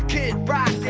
kid rock